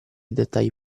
dettagli